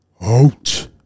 Out